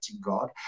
God